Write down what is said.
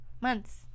months